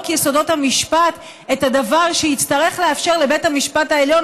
יסודות המשפט את הדבר שיצטרך לאפשר לבית המשפט העליון,